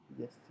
Yes